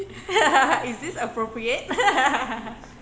is this appropriate